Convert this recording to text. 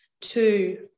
two